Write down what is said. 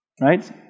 Right